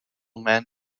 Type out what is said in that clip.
men